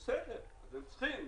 בסדר, הם צריכים